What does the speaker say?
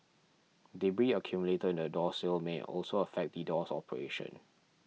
debris accumulated in the door sill may also affect the door's operation